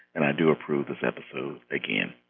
and i do approve this episode, again